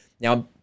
Now